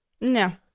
No